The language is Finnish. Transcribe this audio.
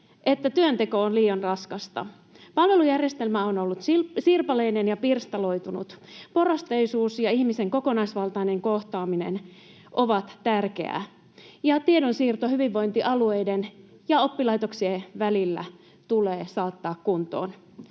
että työnteko on liian raskasta. Palvelujärjestelmä on ollut sirpaleinen ja pirstaloitunut. Porrasteisuus ja ihmisen kokonaisvaltainen kohtaaminen ovat tärkeitä, ja tiedonsiirto hyvinvointialueiden ja oppilaitoksien välillä tulee saattaa kuntoon.